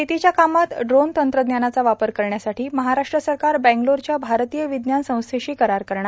शेतीच्या कामात ड्रोन तंत्रज्ञानाचा वापर करण्यासाठी महाराष्ट्र सरकार बेंगलोरच्या भारतीय विज्ञान संस्थेशी करार करणार